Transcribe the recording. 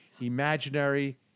Imaginary